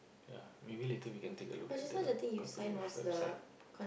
ya maybe later we can take a look at the company web website